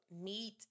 meet